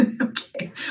Okay